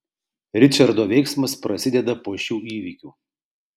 ričardo veiksmas prasideda po šių įvykių